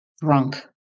drunk